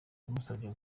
yamusabye